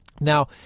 Now